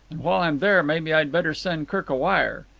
and while i'm there maybe i'd better send kirk a wire.